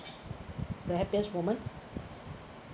the happiest moment